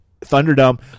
Thunderdome